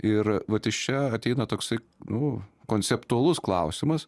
ir vat iš čia ateina toksai nu konceptualus klausimas